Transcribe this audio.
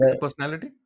Personality